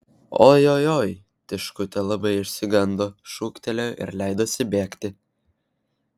oi oi oi tiškutė labai išsigando šūktelėjo ir leidosi bėgti